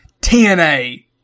TNA